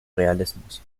realismus